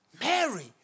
Mary